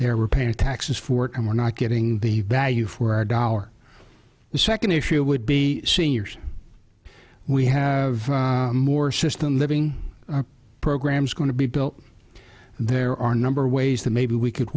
there we're paying taxes for it and we're not getting be value for our dollar the second issue would be seniors we have more system living programs going to be built there are number ways that maybe we could